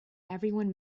everyone